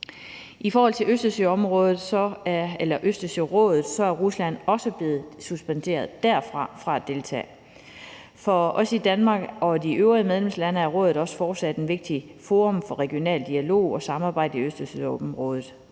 I forhold til Østersørådet er Rusland også blevet suspenderet fra at deltage der. For os i Danmark og de øvrige medlemslande er rådet også fortsat et vigtigt forum for regional dialog og samarbejde i Østersøområdet.